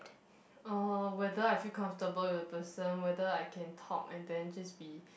uh whether I feel comfortable with the person whether I can talk and then just be